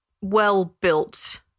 well-built